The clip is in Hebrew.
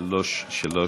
מהאופוזיציה.